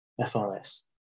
FRS